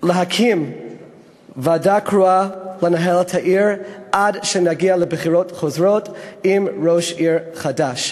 להקים ועדה קרואה לנהל את העיר עד שנגיע לבחירות חוזרות ולראש עיר חדש.